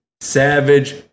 Savage